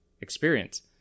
experience